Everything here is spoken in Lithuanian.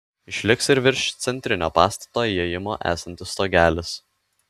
išliks ir virš centrinio pastato įėjimo esantis stogelis